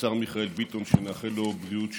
והשר מיכאל ביטון, שנאחל לו בריאות שלמה.